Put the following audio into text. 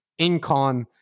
incon